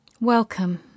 Welcome